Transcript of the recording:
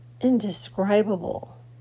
indescribable